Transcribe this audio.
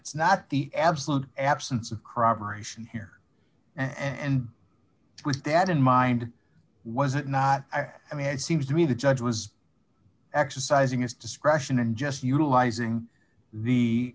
it's not the absolute absence of crop ration here and with that in mind was it not i mean it seems to me the judge was exercising his discretion in just utilizing the